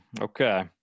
okay